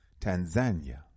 Tanzania